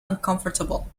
uncomfortable